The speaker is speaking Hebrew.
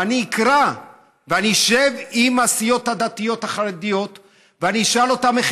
ואני אקרא ואני אשב עם הסיעות הדתיות החרדיות ואני אשאל אותם איך